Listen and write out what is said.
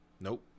Nope